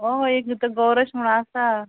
हय एक आतां गौरेश म्हणून आसा